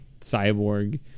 Cyborg